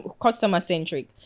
customer-centric